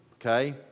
Okay